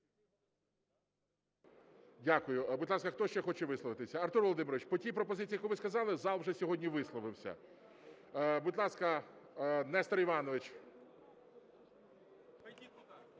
Дякую. Будь ласка, хто ще хоче висловитись? Артур Володимирович, по тій пропозиції, яку ви сказали, зал вже сьогодні висловився. Будь ласка, Нестор Іванович.